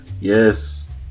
Yes